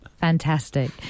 Fantastic